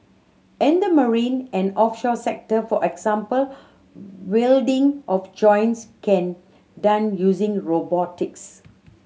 in the marine and offshore sector for example welding of joints can done using robotics